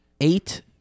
eight